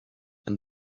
and